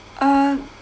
uh